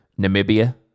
namibia